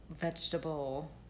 vegetable